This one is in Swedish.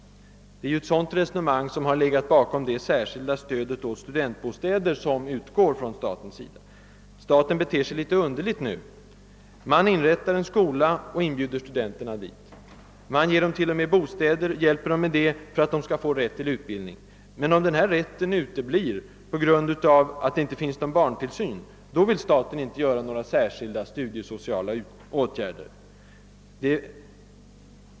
Det är ju ett sådant resonemang som har legat bakom införandet av det särskilda statliga stödet åt studentbostäder. Staten beter sig litet underligt nu. Man inrättar en skola och inbjuder studenterna dit. Man ger dem t.o.m. bostäder för att de skall få rätt till utbildning. Men om denna rätt uteblir på grund av det inte finns någon barntillsyn, då vill staten inte vidtaga några särskilda studiesociala åtgärder.